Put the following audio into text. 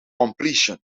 completion